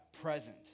present